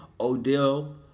Odell